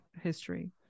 history